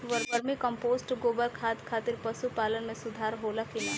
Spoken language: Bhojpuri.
वर्मी कंपोस्ट गोबर खाद खातिर पशु पालन में सुधार होला कि न?